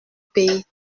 pays